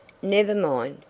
never mind.